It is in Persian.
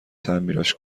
تعمیرش